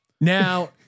now